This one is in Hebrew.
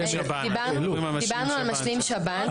דיברנו על משלים שב"ן.